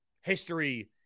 History